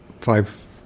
five